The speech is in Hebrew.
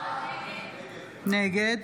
נגד